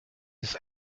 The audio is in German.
ist